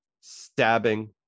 stabbing